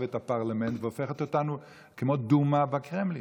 ואת הפרלמנט והופכת אותנו כמו דומה בקרמלין.